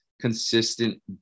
consistent